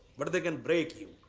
but they can break you.